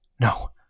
No